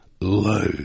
low